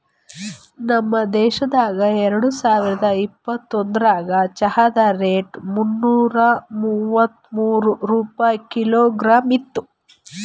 ನಮ್ ದೇಶದಾಗ್ ಎರಡು ಸಾವಿರ ಇಪ್ಪತ್ತೊಂದರಾಗ್ ಚಹಾದ್ ರೇಟ್ ಮುನ್ನೂರಾ ಮೂವತ್ಮೂರು ರೂಪಾಯಿ ಕಿಲೋಗ್ರಾಮ್ ಇತ್ತು